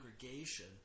congregation